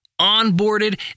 onboarded